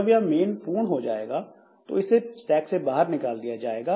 जब यह मेन पूर्ण हो जाएगा तो इसे स्टैक से बाहर निकाल दिया जायेगा